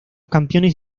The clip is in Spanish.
campeones